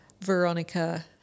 Veronica